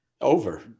Over